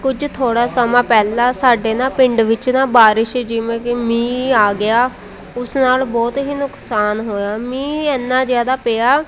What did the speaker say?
ਕੁਝ ਥੋੜ੍ਹਾਂ ਸਮਾਂ ਪਹਿਲਾਂ ਸਾਡੇ ਨਾ ਪਿੰਡ ਵਿੱਚ ਨਾ ਬਾਰਿਸ਼ ਜਿਵੇਂ ਕਿ ਮੀਂਹ ਆ ਗਿਆ ਉਸ ਨਾਲ ਬਹੁਤ ਹੀ ਨੁਕਸਾਨ ਹੋਇਆ ਮੀਂਹ ਐਨਾ ਜ਼ਿਆਦਾ ਪਿਆ